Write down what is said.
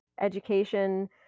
education